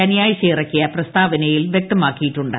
ശനിയാഴ്ച ഇറക്കിയ പ്രസ്താവനയിൽ വൃക്തമാക്കിയിട്ടുണ്ട്